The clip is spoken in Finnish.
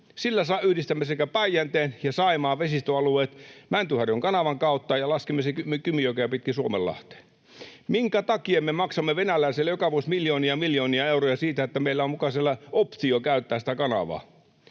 Sillä yhdistämme sekä Päijänteen että Saimaan vesistöalueet Mäntyharjun kanavan kautta ja laskemme Kymijokea pitkin Suomenlahteen. Minkä takia me maksamme venäläisille joka vuosi miljoonia ja miljoonia euroja siitä, että meillä on muka siellä optio käyttää sitä kanavaa?